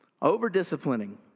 Over-disciplining